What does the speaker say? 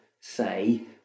say